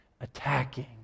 attacking